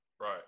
Right